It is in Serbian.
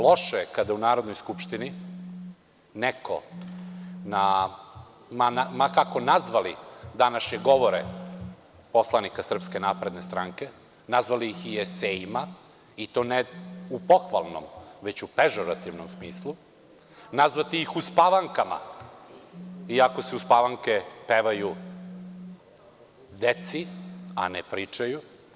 Loše je kada u Narodnoj skupštini neko, ma kako nazvali današnje govore poslanika SNS, nazvali ih i esejima, i to ne u pohvalnom, već u pežorativnom smislu, nazvati ih uspavankama, iako se uspavanke pevaju decu, a ne pričaju.